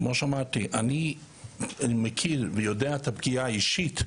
כמו שאמרתי, אני מכיר ויודע את הפגיעה האישית,